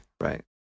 right